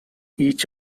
each